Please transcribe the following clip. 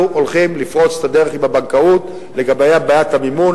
הולכים לפרוץ את הדרך עם הבנקאות לגבי בעיית המימון,